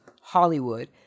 Hollywood